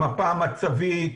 המפה המצבית,